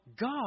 God